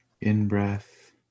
in-breath